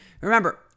Remember